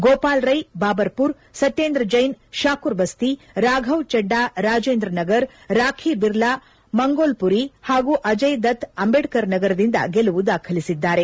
ಗೋಪಾಲ್ ರೈ ಬಾಬರ್ಮರ್ ಸತ್ಯೇಂದ್ರ ಜೈನ್ ಶಾಕೂರ್ಬಸ್ತಿ ರಾಫವ್ ಚೆಡ್ಡಾ ರಾಜೇಂದ್ರ ನಗರ್ ರಾಖಿ ಐರ್ಲಾ ಮಂಗೋಲ್ಮರಿ ಹಾಗೂ ಅಜಯ್ದತ್ ಅಂಬೇಡ್ಕರ್ ನಗರದಿಂದ ಗೆಲುವು ದಾಖಲಿಸಿದ್ದಾರೆ